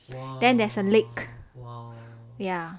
then there's a lake ya